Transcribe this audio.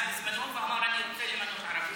אז בזמנו, ואמר: אני רוצה למנות ערבי.